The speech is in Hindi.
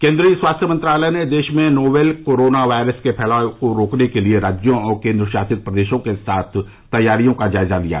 केन्द्रीय स्वास्थ्य मंत्रालय ने देश में नोवेल कोरोना वायरस के फैलाव को रोकने के लिए राज्यों और केन्द्रशासित प्रदेशों के साथ तैयारियों का जायजा लिया